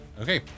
Okay